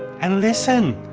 and listen.